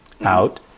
out